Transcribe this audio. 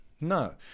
no